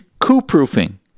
coup-proofing